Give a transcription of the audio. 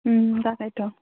তাকেইতো